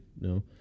no